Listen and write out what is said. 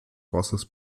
wassers